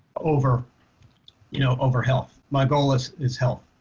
over you know over health my goal is is health.